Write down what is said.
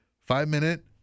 five-minute